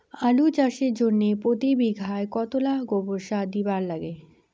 আলু চাষের জইন্যে প্রতি বিঘায় কতোলা গোবর সার দিবার লাগে?